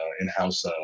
in-house